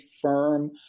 firm